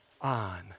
on